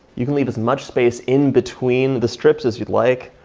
you can leave as much space in between the strips as you'd like.